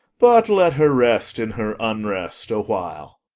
but let her rest in her unrest awhile